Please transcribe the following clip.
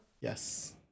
yes